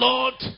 Lord